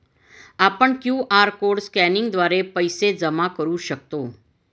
आपण QR code स्कॅनिंगद्वारे पैसे जमा करू शकतो